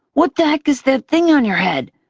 what the heck is that thing on your head!